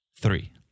three